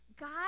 God